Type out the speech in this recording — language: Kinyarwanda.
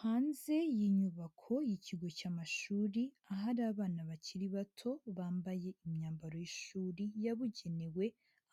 Hanze y'inyubako y'ikigo cy'amashuri hari abana bakiri bato bambaye imyambaro y'ishuri yabugenewe